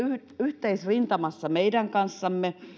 yhteisrintamassa meidän kanssamme